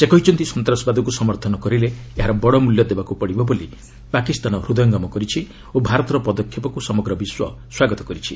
ସେ କହିଛନ୍ତି ସନ୍ତାସବାଦକ୍ତ ସମର୍ଥନ କରିଲେ ଏହାର ବଡ଼ ମ୍ବଲ୍ୟ ଦେବାକୁ ପଡ଼ିବ ବୋଲି ପାକିସ୍ତାନ ହୃଦୟଙ୍ଗମ କରିଛି ଓ ଭାରତର ପଦକ୍ଷେପକୁ ସମଗ୍ର ବିଶ୍ୱ ସ୍ୱାଗତ କରିଛି